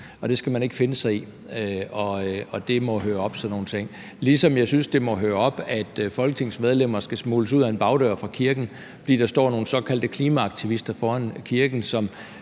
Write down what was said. det skal man ikke finde sig i. Det må høre op med sådan nogle ting, ligesom jeg synes, det må høre op, at Folketingets medlemmer skal smugles ud ad en bagdør fra kirken, fordi der står nogle såkaldte klimaaktivister foran kirken,